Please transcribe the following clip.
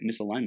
misalignment